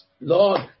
Lord